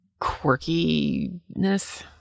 quirkiness